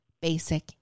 basic